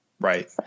Right